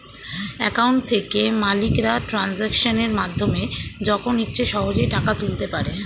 account থেকে মালিকরা ট্রানজাকশনের মাধ্যমে যখন ইচ্ছে সহজেই টাকা তুলতে পারে